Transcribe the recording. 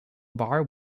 bar